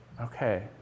Okay